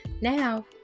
Now